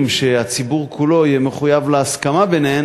שהציבור כולו יהיה מחויב להסכמה ביניהם,